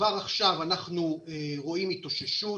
כבר עכשיו אנחנו רואים התאוששות